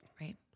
Right